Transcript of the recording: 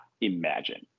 imagine